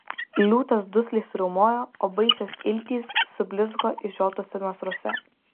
liūtas dusliai suriaumojo o baisios iltys sublizgo išžiotuose nasruose